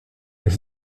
est